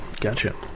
Gotcha